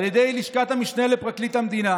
על ידי לשכת המשנה לפרקליט המדינה